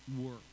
work